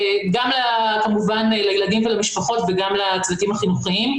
גם כמובן לילדים ולמשפחות וגם לצדדים החינוכיים.